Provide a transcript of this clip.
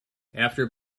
after